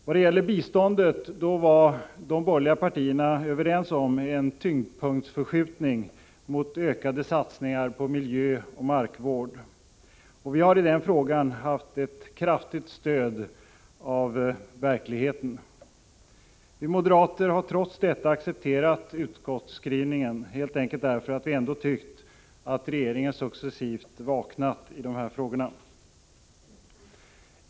Vad gäller biståndet var de borgerliga partierna överens om en tyngdpunktsförskjutning mot ökade satsningar på miljöoch markvård, och vi har i den frågan haft ett kraftigt stöd av verkligheten. Vi moderater har trots detta accepterat utskottsskrivningen, helt enkelt därför att vi ändå tyckt att regeringen successivt vaknat i dessa frågor.